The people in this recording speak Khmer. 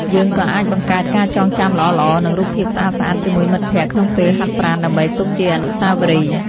យើងក៏អាចបង្កើតការចងចាំល្អៗ និងរូបភាពស្អាតៗជាមួយមិត្តភក្តិក្នុងពេលហាត់ប្រាណដើម្បីទុកជាអនុស្សាវរីយ៍។